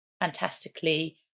fantastically